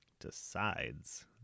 decides